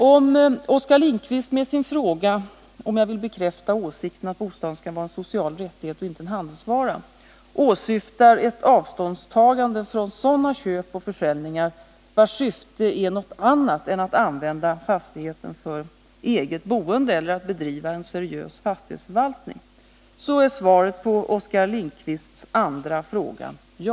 Om Oskar Lindkvist med sin fråga, om jag vill bekräfta åsikten att bostaden skall vara en social rättighet och inte en handelsvara, åsyftar ett avståndstagande från sådana köp och försäljningar vars syfte är något annat än att använda fastigheten för eget boende eller att bedriva en seriös fastighetsförvaltning, så är svaret på Oskar Lindkvists andra fråga ja.